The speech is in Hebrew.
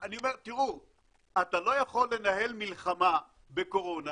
אני אומר: אתה לא יכול לנהל מלחמה בקורונה